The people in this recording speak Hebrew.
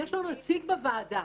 יש לו נציג בוועדה.